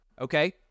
okay